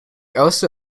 also